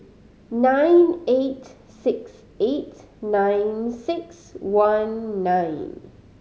nine eight six eight nine six one nine